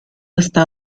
hasta